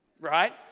Right